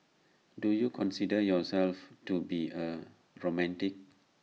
do you consider yourself to be A romantic